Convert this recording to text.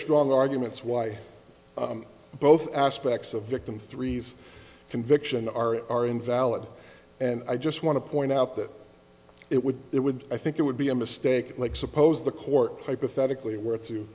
strong arguments why both aspects of victim three conviction are invalid and i just want to point out that it would it would i think it would be a mistake like suppose the court hypothetically were to